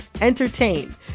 entertain